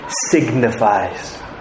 signifies